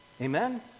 Amen